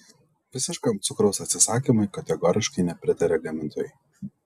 visiškam cukraus atsisakymui kategoriškai nepritaria gamintojai